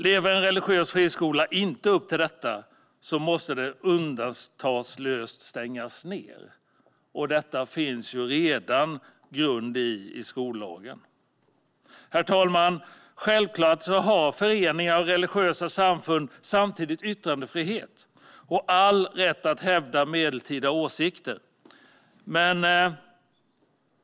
Lever en religiös friskola inte upp till detta måste den undantagslöst stängas ned, vilket det redan finns grund för i skollagen. Fru talman! Självklart har föreningar och religiösa samfund yttrandefrihet och all rätt att hävda medeltida åsikter.